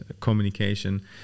communication